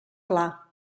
pla